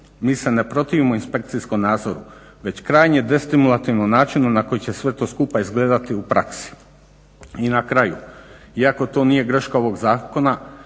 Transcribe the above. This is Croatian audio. mi se ne protivimo inspekcijskom nadzoru već krajnje destimulativnom načinu na koji će sve to skupa izgledati u praksi. I na kraju, iako to nije greška ovog zakona